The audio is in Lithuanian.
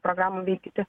programą vykdyti